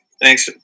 Thanks